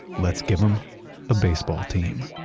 let's give them a baseball team.